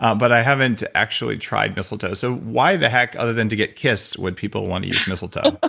but i haven't actually tried mistletoe, so why the heck other than to get kissed would people want to use mistletoe? ah